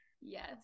yes